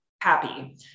happy